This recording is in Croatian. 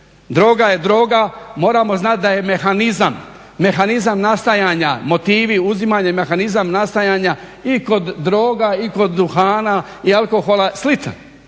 Droga, je droga, moramo znati da je mehanizam, mehanizam nastajanja, motivi uzimanja i mehanizam nastajanja i kod droga i kod duhana, i alkohola sličan,